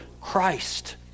Christ